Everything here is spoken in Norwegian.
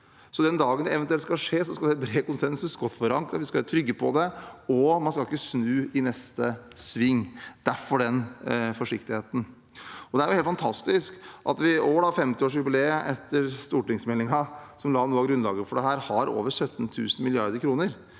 Den dagen det eventuelt skal skje, skal det være bred konsensus, godt forankret, vi skal være trygge på det, og man skal ikke snu i neste sving – derfor den forsiktigheten. Det er jo helt fantastisk at vi i år, ved 50-årsjubileet for stortingsmeldingen som la noe av grunnlaget for dette, har over 17 000 mrd. kr.